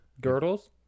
Girdles